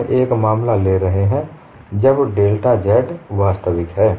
हम एक मामला ले रहे हैं जब डेल्टा z वास्तविक है